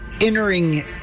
entering